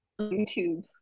YouTube